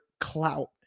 clout